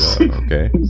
okay